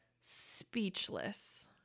speechless